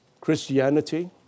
Christianity